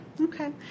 Okay